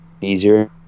easier